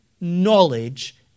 knowledge